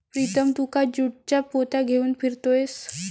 प्रीतम तू का ज्यूटच्या पोत्या घेऊन फिरतोयस